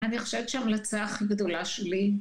אני חושבת שההמלצה הכי גדולה שלי